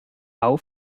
bau